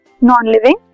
non-living